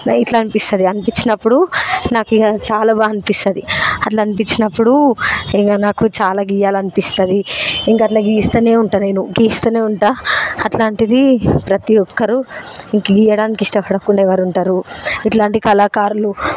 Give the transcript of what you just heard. ఇట్లా అనిపిస్తుంది అనిపించినప్పుడు నాకు ఇగ చాలా బాగా అనిపిస్తుంది అట్లా అనిపించినప్పుడు ఇంకా నాకు చాలా గీయాలనిపిస్తుంది ఇంక అట్లా గీస్తూనే ఉంటా నేను గీస్తూనే ఉంటా అట్లాంటిది ప్రతిఒక్కరూ గీయడానికి ఇష్టపడకుండా ఎవరుంటరు ఇట్లాంటి కళాకారులు